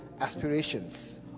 aspirations